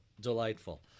delightful